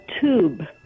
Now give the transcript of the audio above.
tube